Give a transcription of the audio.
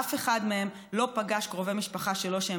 אף אחד מהם לא פגש קרובי משפחה שלו שהם